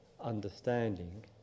understanding